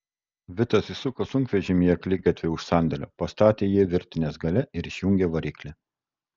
vitas įsuko sunkvežimį į akligatvį už sandėlio pastatė jį virtinės gale ir išjungė variklį